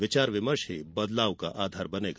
विचार विमर्श ही बदलाव का आधार बनेगा